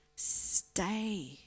stay